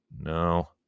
no